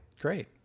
great